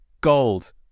Gold